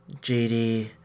JD